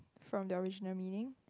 from the original meaning